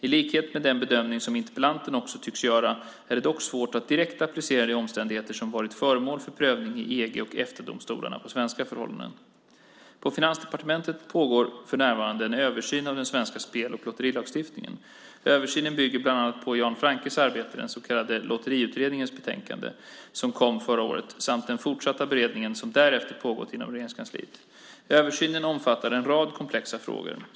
I likhet med den bedömning som interpellanten också tycks göra är det dock svårt att direkt applicera de omständigheter som varit föremål för prövning i EG och Eftadomstolarna på svenska förhållanden. På Finansdepartementet pågår för närvarande en översyn av den svenska spel och lotterilagstiftningen. Översynen bygger bland annat på Jan Franckes arbete, den så kallade Lotteriutredningens betänkande, som kom förra året, samt den fortsatta beredning som därefter pågått inom Regeringskansliet. Översynen omfattar en rad komplexa frågor.